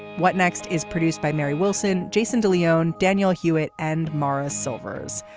what next is produced by mary wilson. jason de leon daniel hewett and maurice silvers.